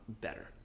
better